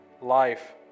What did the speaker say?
life